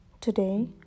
Today